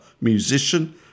musician